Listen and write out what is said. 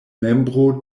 membro